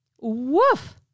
Woof